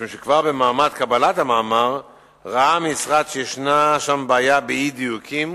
משום שכבר במעמד קבלת המאמר ראה המשרד שישנה שם בעיה של אי-דיוקים,